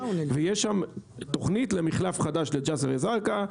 ויש שם תכנית למחלף חדש לג'סר א-זרקא,